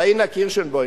פאינה קירשנבאום,